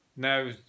Now